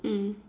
mm